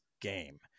game